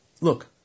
Look